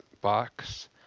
box